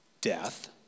death